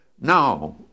No